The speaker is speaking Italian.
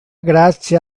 grazie